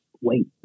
wait